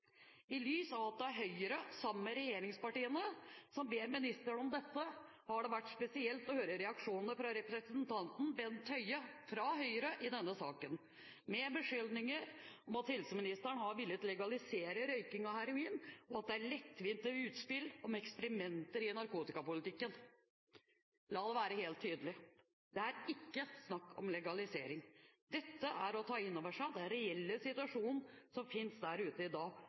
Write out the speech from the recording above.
I lys av at Høyre sammen med regjeringspartiene ber ministeren om dette, har det vært spesielt å høre reaksjonene fra representanten Bent Høie – fra Høyre – i denne saken, med beskyldninger om at helseministeren har villet legalisere røyking av heroin, og at det er lettvint utspill om eksperimenter i narkotikapolitikken. La det være helt tydelig: Det er ikke snakk om legalisering. Dette er å ta inn over seg den reelle situasjonen som finnes der ute i dag